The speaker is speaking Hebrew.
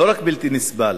לא רק בלתי נסבל,